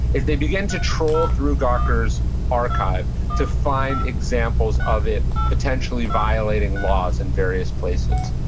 is they begin to troll through gawker's archive to find examples of it potentially violating laws in various places.